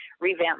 revamp